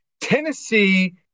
Tennessee